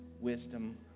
wisdom